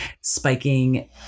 spiking